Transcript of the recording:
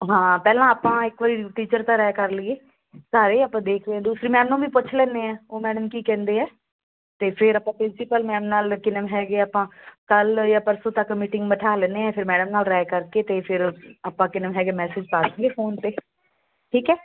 ਹਾਂ ਪਹਿਲਾਂ ਆਪਾਂ ਇੱਕ ਵਾਰੀ ਟੀਚਰ ਤਾਂ ਰਾਇ ਕਰ ਲਈਏ ਸਾਰੇ ਆਪਾਂ ਦੇਖ ਲੈਂਦੇ ਦੂਸਰੀ ਮੈਮ ਨੂੰ ਵੀ ਪੁੱਛ ਲੈਂਦੇ ਹਾਂ ਉਹ ਮੈਡਮ ਕੀ ਕਹਿੰਦੇ ਆ ਅਤੇ ਫਿਰ ਆਪਾਂ ਪ੍ਰਿੰਸੀਪਲ ਮੈਮ ਨਾਲ ਕਿਨਮ ਹੈਗੇ ਆਪਾਂ ਕੱਲ ਜਾਂ ਪਰਸੋਂ ਤੱਕ ਮੀਟਿੰਗ ਬਿਠਾ ਲੈਂਦੇ ਹਾਂ ਫਿਰ ਮੈਡਮ ਨਾਲ ਰਾਇ ਕਰਕੇ ਅਤੇ ਫਿਰ ਆਪਾਂ ਕਿਨਮ ਹੈਗੇ ਆ ਮੈਸੇਜ ਪਾ ਦੇਈਏ ਫੋਨ 'ਤੇ ਠੀਕ ਹੈ